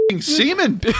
semen